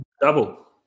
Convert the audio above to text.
double